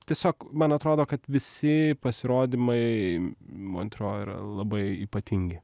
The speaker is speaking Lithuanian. tiesiog man atrodo kad visi pasirodymai montro yra labai ypatingi